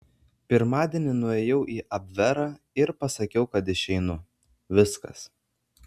pirmadienį nuėjau į abverą ir pasakiau kad išeinu viskas